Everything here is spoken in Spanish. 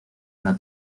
una